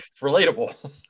relatable